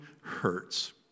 hurts